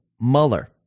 Mueller